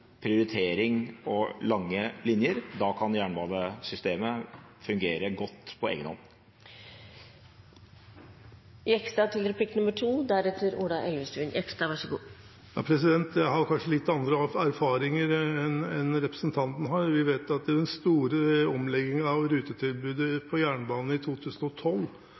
prioritering og lange linjer. Da kan jernbanesystemet fungere godt på egen hånd. Jeg har kanskje litt andre erfaringer enn representanten har. Vi vet at i den store omleggingen av rutetilbudet på jernbanen i 2012